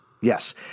Yes